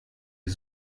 ihr